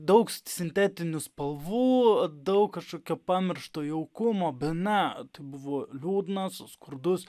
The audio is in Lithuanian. daug sintetinių spalvų daug kažkokio pamiršto jaukumo bet ne tai buvo liūdnas skurdus